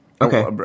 Okay